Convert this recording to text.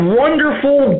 wonderful